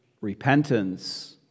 repentance